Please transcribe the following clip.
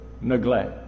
neglect